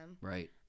Right